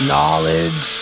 Knowledge